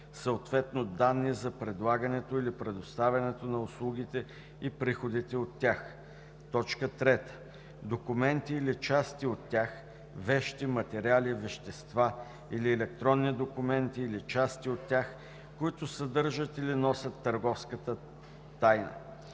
съответно данни за предлагането или предоставянето на услугите и приходите от тях; 3. документи или части от тях, вещи, материали, вещества или електронни документи или части от тях, които съдържат или носят търговската тайна;